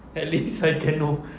at least I can know